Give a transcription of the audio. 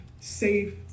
safe